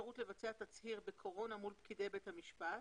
לבצע תצהיר בקורונה מול פקידי בית המשפט,